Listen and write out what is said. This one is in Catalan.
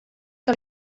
que